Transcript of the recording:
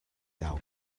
thou